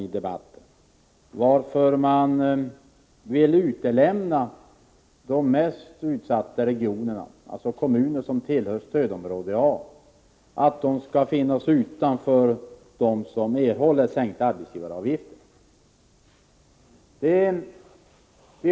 Vad är anledningen till att man vill utesluta de mest utsatta kommunerna, dvs. kommuner som tillhör stödområde A, från dem som erhåller sänkningar av arbetsgivaravgifterna?